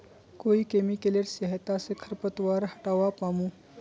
कोइ केमिकलेर सहायता से खरपतवार हटावा पामु